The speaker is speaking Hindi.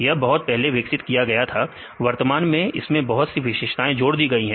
यह बहुत पहले विकसित किया गया था वर्तमान में इसमें बहुत सी विशेषताएं जोड़ दी गई हैं